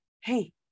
hey